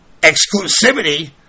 exclusivity